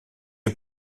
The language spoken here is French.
est